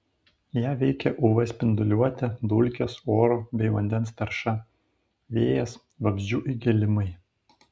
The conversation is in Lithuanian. ją veikia uv spinduliuotė dulkės oro bei vandens tarša vėjas vabzdžių įgėlimai